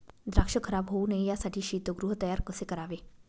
द्राक्ष खराब होऊ नये यासाठी शीतगृह तयार कसे करावे?